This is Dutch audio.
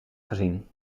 gezien